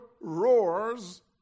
roars